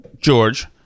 George